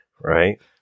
Right